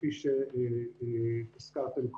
כפי שהזכרתם קודם.